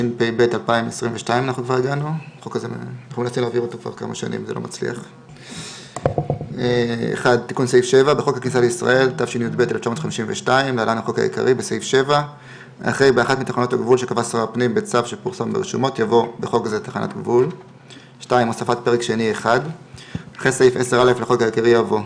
תשפ"ב 2022. הוספת פרק שני 12. אחרי סעיף 10א לחוק העיקרי יבוא.